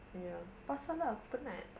ya pasal lah penat